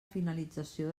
finalització